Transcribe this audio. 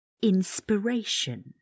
inspiration